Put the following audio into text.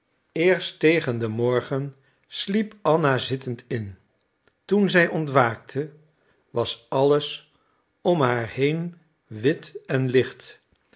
eerst tegen den morgen sliep anna zittend in toen zij ontwaakte was alles om haar heen wit en licht